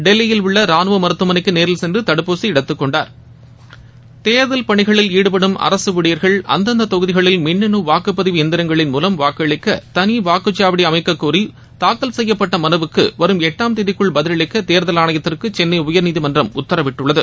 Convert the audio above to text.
டெல்லியில் உள்ள ரானுவ மருத்துவமனைக்கு நேரில் சென்று தடுப்பூசி எடுத்துக் கொண்டார் தேர்தல் பணிகளில் ஈடுபடும் அரசு ஊழியர்கள் அந்தந்த தொகுதிகளில் மின்னனு வாக்குப்பதிவு எந்திரங்கள் மூலம் வாக்களிக்க தனி வாக்குக்சாவடி அமைக்கக் கோரி தாக்கல் செய்யப்பட்ட மனுவுக்கு வரும் எட்டாம் தேதிக்குள் பதிலளிக்க தேர்தல் ஆணையத்துக்கு சென்னை உயர்நீதிமன்றம் உத்தரவிட்டுள்ளது